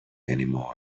anymore